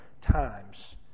times